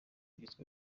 bigezweho